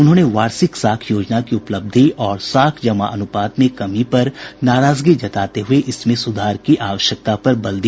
उन्होंने वार्षिक साख योजना की उपलब्धि और साख जमा अनुपात में कमी पर नाराजगी जताते हुये इसमें सुधार की आवश्यकता पर बल दिया